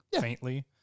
faintly